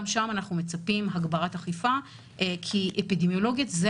גם שם אנחנו מצפים להגברת אכיפה כי אפידמיולוגית אלה